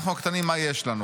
אנחנו הקטנים, מה יש לנו